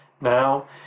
Now